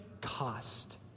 cost